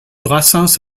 brassens